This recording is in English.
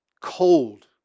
cold